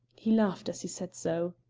he laughed as he said so.